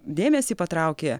dėmesį patraukė